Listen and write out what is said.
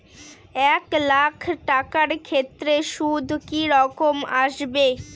এক লাখ টাকার ক্ষেত্রে সুদ কি রকম আসবে?